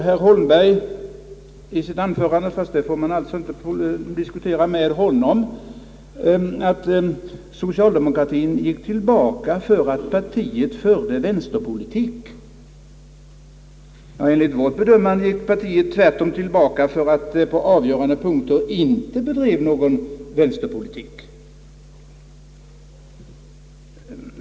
Herr Holmberg sade också, fastän det får man alltså inte diskutera med honom, att socialdemokratien gick tillbaka därför att partiet förde vänsterpolitik. Enligt vårt bedömande gick partiet tvärtom tillbaka därför att det på avgörande punkter inte bedrev någon vänsterpolitik.